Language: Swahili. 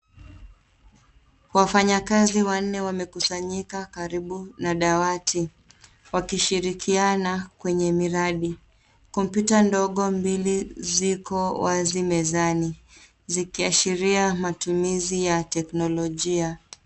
Wafanyakazi wanne wamekusanyika karibu na dawati, wakishirikiana kwenye miradi. Kompyuta ndogo mbili ziko wazi mezani zikiashiria matumizi ya teknolojia.